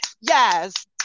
Yes